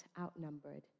outnumbered